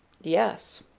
yes.